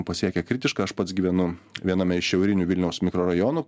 pasiekia kritišką aš pats gyvenu viename iš šiaurinių vilniaus mikrorajonų